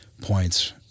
points